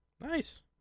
Nice